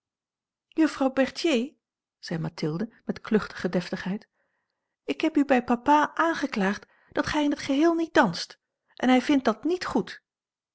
berthier zei mathilde met kluchtige deftigheid ik heb u bij papa aangeklaagd dat gij in het geheel niet danst en hij vindt dat niet goed